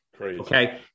Okay